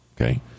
Okay